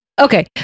Okay